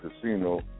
Casino